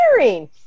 sharing